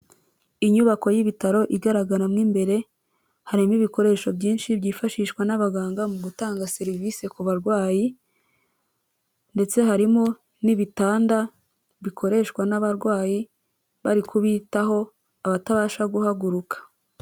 Inyubako y'ibitaro igaragara mo imbere, harimo ibikoresho byinshi byifashishwa n'abaganga mu gutanga serivisi ku barwayi ndetse harimo n'ibitanda bikoreshwa n'abarwayi, bari kubitaho abatabasha guhaguruka.